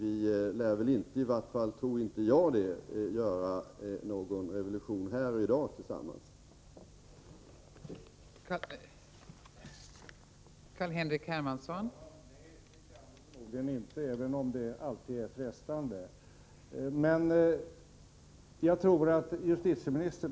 I vart fall lär vi väl inte — åtminstone tror inte jag det — kunna åstadkomma någon revolution tillsammans här i dag.